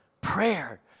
Prayer